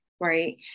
Right